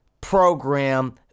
program